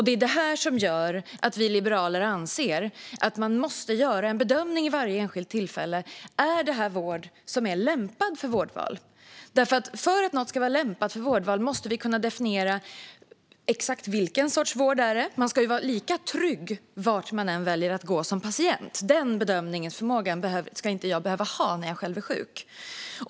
Det är det som gör att vi liberaler anser att man måste göra en bedömning vid varje enskilt tillfälle: Är detta vård som är lämpad för vårdval? För att något ska vara lämpat för vårdval måste vi kunna definiera exakt vilken sorts vård det kräver. Man ska ju vara lika trygg vart man än väljer att gå som patient - den bedömningsförmågan ska jag inte behöva ha när jag själv är sjuk.